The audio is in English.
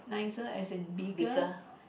nicer as and bigger